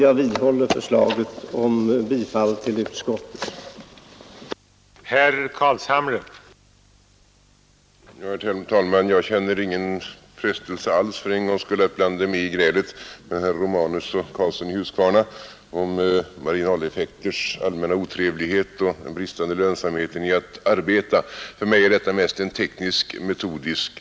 Jag vidhåller förslaget om bifall till utskottets hemställan.